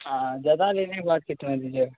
आ ज़्यादा लेने क बाद कितना दीजिएगा